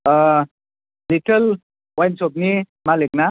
ओ retail wine shop नि मालिग ना